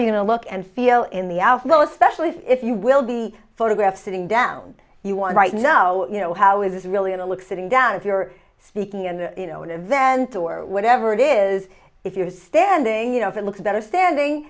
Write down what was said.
you know look and feel in the outflow especially if you will be photographed sitting down you want right know you know how it is really in a look sitting down if you're speaking and you know an event or whatever it is if you're standing you know if it looks better standing